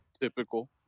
Typical